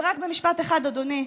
ורק במשפט אחד, אדוני.